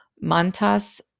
Mantas